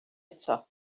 eto